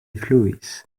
fluis